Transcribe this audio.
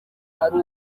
ari